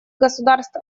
государств